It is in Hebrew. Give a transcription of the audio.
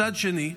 מצד שני,